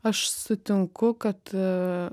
aš sutinku kad